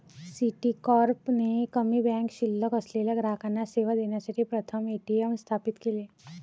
Citicorp ने कमी bank शिल्लक असलेल्या ग्राहकांना सेवा देण्यासाठी प्रथम ए.टी.एम स्थापित केले